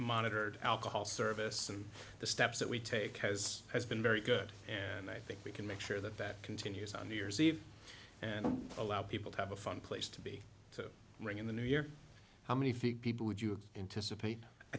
monitored alcohol service and the steps that we take has has been very good and i think we can make sure that that continues on new year's eve and allow people to have a fun place to be to ring in the new year how many people would you